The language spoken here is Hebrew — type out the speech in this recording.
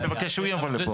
אז תבקש שהוא יבוא לפה.